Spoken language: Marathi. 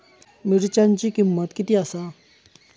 मिरच्यांची किंमत किती आसा?